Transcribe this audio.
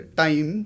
time